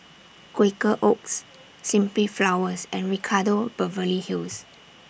Quaker Oats Simply Flowers and Ricardo Beverly Hills